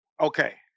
okay